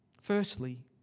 Firstly